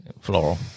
floral